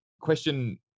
Question